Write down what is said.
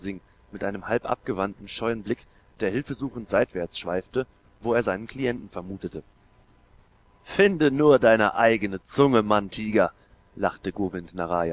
mit einem halbabgewandten scheuen blick der hilfesuchend seitwärts schweifte wo er seinen klienten vermutete finde nur deine eigene zunge manntiger lachte